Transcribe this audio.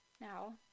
Now